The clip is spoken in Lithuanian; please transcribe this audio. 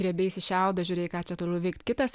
griebeisi šiaudo žiūrėjai ką čia toliau veikt kitas